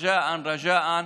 בבקשה צאו להתחסן.)